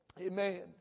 Amen